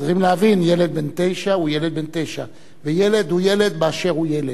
צריכים להבין: ילד בן תשע הוא ילד בן תשע וילד הוא ילד באשר הוא ילד.